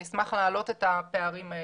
אני אשמח להעלות את הפערים האלה.